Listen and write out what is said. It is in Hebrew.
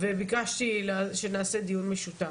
וביקשתי שנעשה דיון משותף.